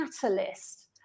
catalyst